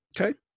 Okay